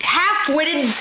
half-witted